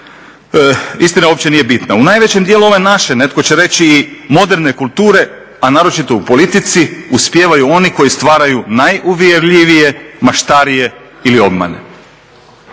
istina uopće nije bitna. U najvećem dijelu ove naše netko će reći i moderne kulture, a naročito u politici uspijevaju oni koji stvaraju najuvjerljivije maštarije ili obmane.